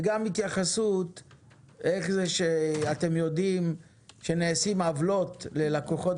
וגם התייחסות איך זה שאתם יודעים שנעשות עוולות ללקוחות